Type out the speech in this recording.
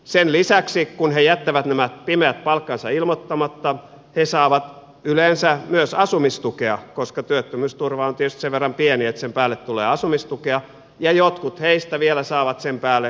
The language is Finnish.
sen lisäksi kun he jättävät nämä pimeät palkkansa ilmoittamatta he saavat yleensä myös asumistukea koska työttömyysturva on tietysti sen verran pieni että sen päälle tulee asumistukea ja jotkut heistä vielä saavat sen päälle toimeentulotukea